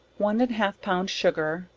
one and half pound sugar,